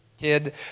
kid